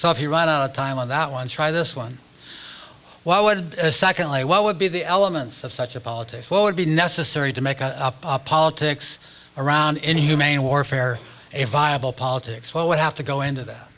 so if you run out of time on that one try this one why would secondly what would be the elements of such a politics what would be necessary to make a politics around inhumane warfare a viable politics what would have to go into that